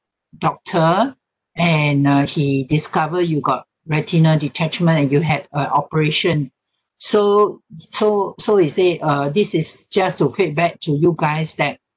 doctor and uh he discover you got retinal detachment and you had a operation so so so you say uh this is just to feedback to you guys that